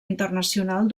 internacional